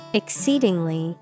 exceedingly